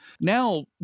Now